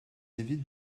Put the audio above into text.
évite